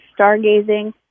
stargazing